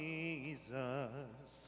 Jesus